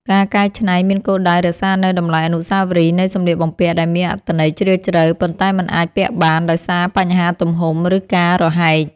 ការកែច្នៃមានគោលដៅរក្សានូវតម្លៃអនុស្សាវរីយ៍នៃសម្លៀកបំពាក់ដែលមានអត្ថន័យជ្រាលជ្រៅ ប៉ុន្តែមិនអាចពាក់បានដោយសារបញ្ហាទំហំ ឬការរហែក។